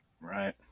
Right